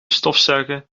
stofzuigen